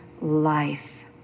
life